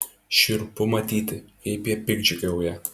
šiurpu matyti kaip jie piktdžiugiauja